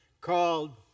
called